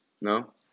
No